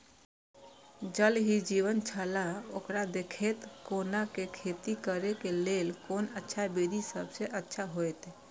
ज़ल ही जीवन छलाह ओकरा देखैत कोना के खेती करे के लेल कोन अच्छा विधि सबसँ अच्छा होयत?